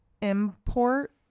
import